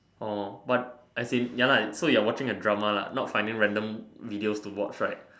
orh but as in ya lah so you are watching a drama lah not finding random videos to watch right